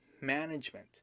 management